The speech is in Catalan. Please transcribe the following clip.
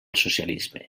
socialisme